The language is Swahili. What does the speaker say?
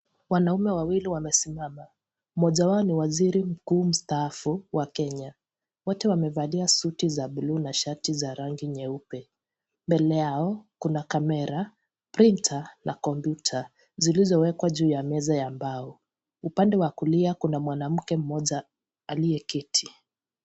Wanaume wawili wamesimama, mmoja wao ni waziri mkuu mstaafu wa Kenya, wote wamevalia suti za bulu na shati za rangi nyeupe, mbele yao kuna camera, printer na computer zilizowekwa juu ya meza ya mbao, upande wa kulia kuna mwanamke mmoja aliyeketi.